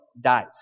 Dies